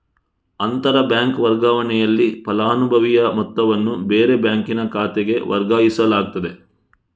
ಅಂತರ ಬ್ಯಾಂಕ್ ವರ್ಗಾವಣೆನಲ್ಲಿ ಫಲಾನುಭವಿಯ ಮೊತ್ತವನ್ನ ಬೇರೆ ಬ್ಯಾಂಕಿನ ಖಾತೆಗೆ ವರ್ಗಾಯಿಸಲಾಗ್ತದೆ